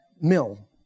mill